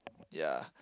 ya